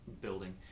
building